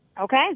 Okay